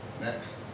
Next